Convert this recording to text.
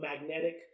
magnetic